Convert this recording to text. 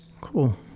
Cool